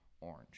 orange